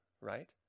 right